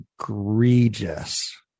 egregious